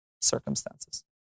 circumstances